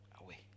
away